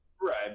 Right